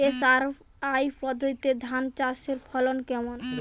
SRI পদ্ধতিতে ধান চাষের ফলন কেমন?